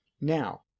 Now